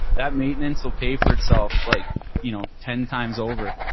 that maintenance will pay for itself like you know ten times over.